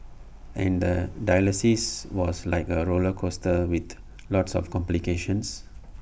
and the dialysis was like A roller coaster with lots of complications